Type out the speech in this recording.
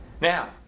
Now